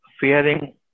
fearing